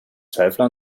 zweifel